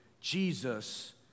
Jesus